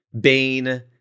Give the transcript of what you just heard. Bane